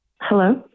Hello